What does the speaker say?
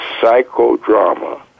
psychodrama